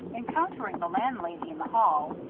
encountering the landlady in the hall,